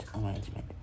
arrangement